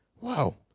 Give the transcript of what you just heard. wow